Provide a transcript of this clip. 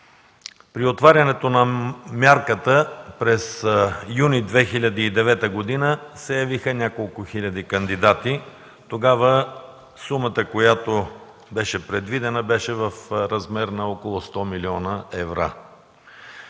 При отварянето на мярката през месец юни 2009 г. се явиха няколко хиляди кандидати. Тогава сумата, която беше предвидена, беше в размер на около 100 млн. евро.